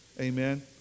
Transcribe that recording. Amen